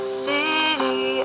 city